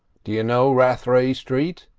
do you know rathray street?